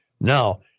Now